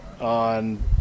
on